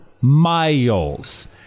miles